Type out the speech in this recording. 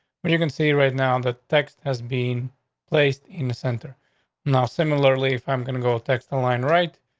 but you can see right now the text has bean placed in the center now. similarly, if i'm gonna go ah text online, right,